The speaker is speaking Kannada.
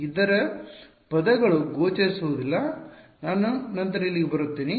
ಇತರ ಪದಗಳು ಗೋಚರಿಸುವುದಿಲ್ಲ ನಂತರ ನಾನು ಇಲ್ಲಿಗೆ ಬರುತ್ತೇನೆ